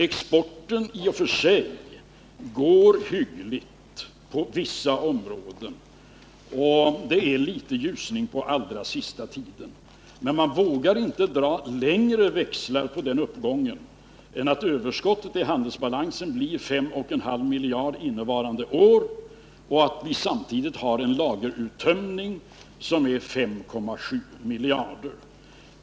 Exporten går i och för sig hyggligt på vissa områden, och det har blivit en liten ljusning under den allra senaste tiden. Men man vågar inte dra längre växlar på den uppgången än att överskottet i handelsbalansen blir 5,5 miljarder innevarande år och vi samtidigt har en lageruttömning som är 5,7 miljarder.